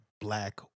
black